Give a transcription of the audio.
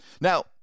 Now